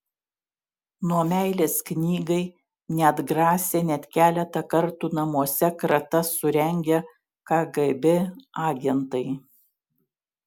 nuo meilės knygai neatgrasė net keletą kartų namuose kratas surengę kgb agentai